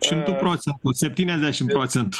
šimtu procentų septyniasdešim procentų